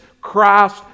Christ